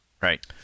Right